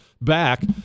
back